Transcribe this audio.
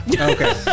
Okay